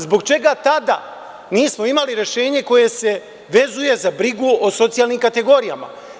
Zbog čega tada nismo imali rešenje koje se vezuje za brigu o socijalnim kategorijama?